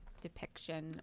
depiction